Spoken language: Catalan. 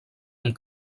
amb